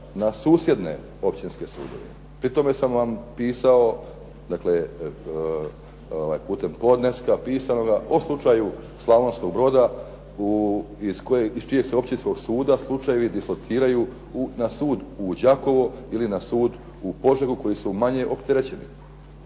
na susjedne općinske sudove. Pri tome sam vam pisao, putem podneska pisanoga, o slučaju Slavonskog Broda iz čijega se općinskog suda slučajevi dislociraju na sud u Đakovo, ili na sud u Požegu koji su manje opterećeni.